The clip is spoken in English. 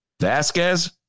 Vasquez